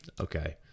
Okay